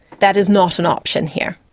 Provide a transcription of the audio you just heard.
that is not an option here.